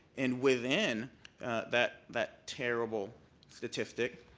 and within that that terrible statistic,